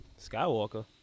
Skywalker